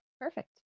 Perfect